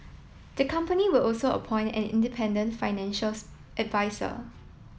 the company will also appoint an independent financials adviser